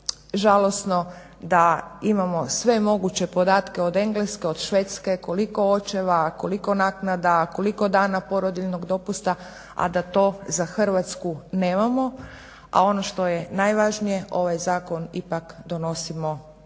žalosno da imamo sve moguće podatke od Engleske, od Švedske koliko očeva, a koliko naknada, koliko dana porodiljnog dopusta, a da to za Hrvatsku nemamo. A ono što je najvažnije ovaj zakon ipak donosimo za nas,